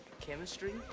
chemistry